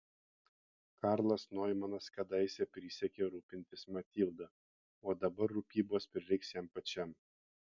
karlas noimanas kadaise prisiekė rūpintis matilda o dabar rūpybos prireiks jam pačiam